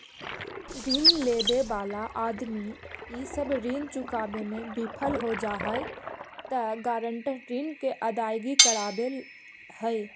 ऋण लेवे वाला आदमी इ सब ऋण चुकावे में विफल हो जा हई त गारंटर ऋण के अदायगी करवावऽ हई